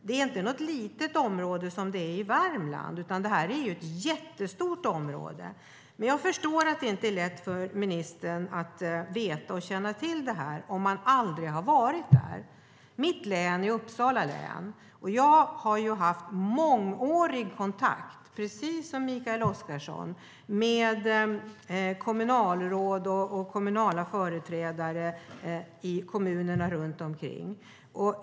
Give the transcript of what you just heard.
Det är inte något litet område, som det i Värmland, utan detta är ett jättestort område. Jag förstår att det inte är lätt för ministern att veta och känna till detta. Det är det inte om man aldrig har varit där. Mitt hemlän är Uppsala län. Jag har, precis som Mikael Oscarsson, haft mångårig kontakt med kommunalråd och kommunala företrädare i kommunerna runt omkring.